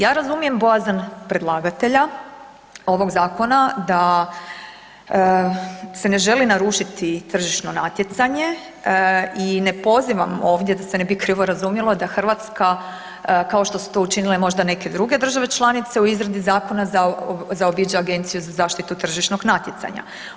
Ja razumijem bojazan predlagatelja ovog zakona da se ne želi narušiti tržišno natjecanje i ne pozivam ovdje da se ne bi krivo razumjelo, da Hrvatska kao što su to učinile možda neke druge države članice u izradi zakona zaobić Agenciju za zaštitu tržišnog natjecanja.